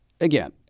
again